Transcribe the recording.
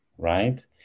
Right